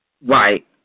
Right